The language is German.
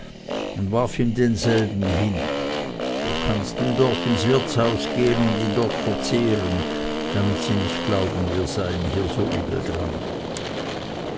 und warf ihm denselben hin du kannst im dorf ins wirtshaus gehen und ihn dort verzehren damit sie nicht glauben wir seien hier so übel dran